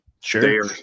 sure